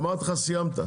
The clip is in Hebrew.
אמרתי לך סיימת.